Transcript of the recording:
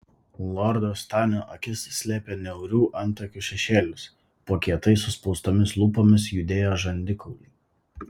lordo stanio akis slėpė niaurių antakių šešėlis po kietai suspaustomis lūpomis judėjo žandikauliai